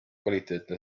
kvaliteetne